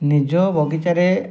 ନିଜ ବଗିଚାରେ